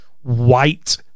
white